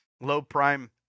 low-prime